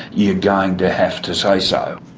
you're going to have to say so.